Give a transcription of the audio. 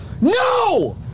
No